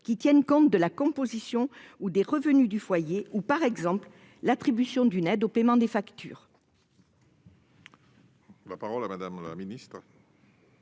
qui tienne compte de la composition ou des revenus du foyer, ou en l'attribution d'une aide au paiement des factures. La parole est à Mme la ministre.